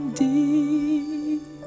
deep